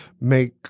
make